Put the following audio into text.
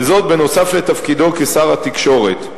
וזאת נוסף על תפקידו כשר התקשורת.